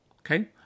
Okay